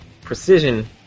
precision